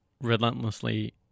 relentlessly